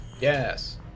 Yes